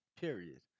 Period